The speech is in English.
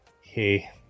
hey